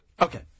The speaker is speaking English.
Okay